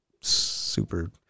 super